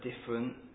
different